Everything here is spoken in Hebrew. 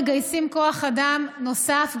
מגייסים כוח אדם נוסף,